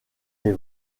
des